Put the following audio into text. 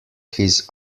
his